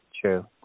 True